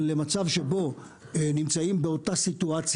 למצב שבו נמצאים באותו מצב.